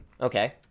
Okay